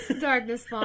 Darkness